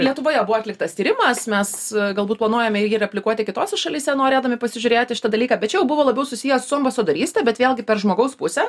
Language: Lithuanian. lietuvoje buvo atliktas tyrimas mes galbūt planuojame irgi replikuoti kitose šalyse norėdami pasižiūrėti šitą dalyką bet čia jau buvo labiau susiję su ambasadoryste bet vėlgi per žmogaus pusę